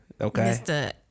Okay